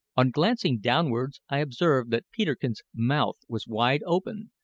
on glancing downwards i observed that peterkin's mouth was wide open,